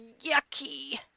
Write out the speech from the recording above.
yucky